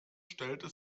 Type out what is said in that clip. stellte